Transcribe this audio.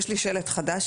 יש לי שלט חדש,